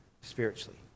spiritually